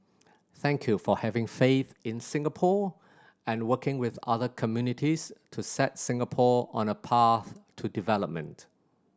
thank you for having faith in Singapore and working with other communities to set Singapore on a path to development